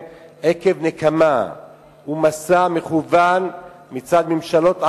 עקב נקמה ומסע מכוון מצד ממשלות ערב,